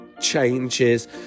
changes